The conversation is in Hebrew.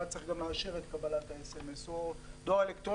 והוא היה צריך גם לאשר את קבלת הסמ"ס או דואר אלקטרוני,